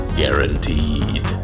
guaranteed